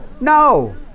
No